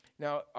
Now